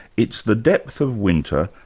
it's the depth of winter,